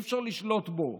אי-אפשר לשלוט בו.